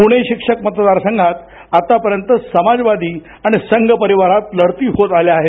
पुणे शिक्षक मतदारसंघात आतापर्यंत समाजवादी आणि संघ परिवारात लढती होत आल्या आहेत